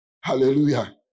Hallelujah